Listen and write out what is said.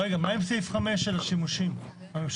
מה עם סעיף 5 של השימושים הממשלתיים?